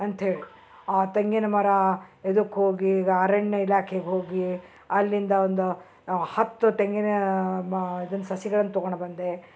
ಅಂತ್ಹೇಳಿ ಆ ತೆಂಗಿನ ಮರ ಇದಕ್ಕೆ ಹೋಗಿ ಅರಣ್ಯ ಇಲಾಖೆಗೆ ಹೋಗಿ ಅಲ್ಲಿಂದ ಒಂದು ಹತ್ತು ತೆಂಗಿನ ಮಾ ಇದನ್ನ ಸಸಿಗಳನ್ನ ತೊಗೊಂಡು ಬಂದೆ